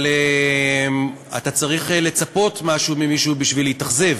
אבל אתה צריך לצפות למשהו ממישהו בשביל להתאכזב.